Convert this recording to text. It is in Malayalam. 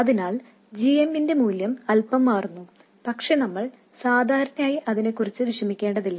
അതിനാൽ g m ന്റെ മൂല്യം അൽപ്പം മാറുന്നു പക്ഷേ നമ്മൾ സാധാരണയായി അതിനെക്കുറിച്ച് വിഷമിക്കേണ്ടതില്ല